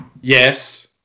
Yes